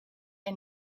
and